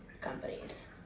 companies